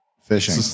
fishing